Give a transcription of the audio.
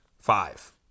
Five